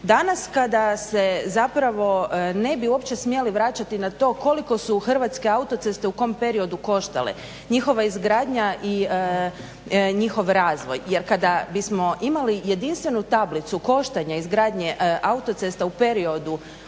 Danas kada se zapravo ne bi uopće smjeli vraćati na to koliko su hrvatske autoceste u kom periodu koštale, njihova izgradnja i njihov razvoj jer kada bismo imali jedinstvenu tablicu koštanja izgradnje autocesta u periodu